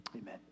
Amen